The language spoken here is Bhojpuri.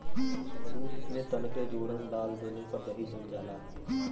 दूध में तनके जोरन डाल देले पर दही जम जाला